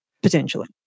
Potentially